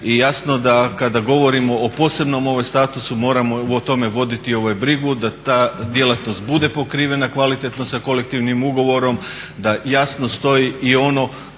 i jasno kada govorimo o posebnom statusu moramo voditi brigu da ta djelatnost bude pokrivena kvalitetno sa kolektivnim ugovorom, da jasno stoji i ono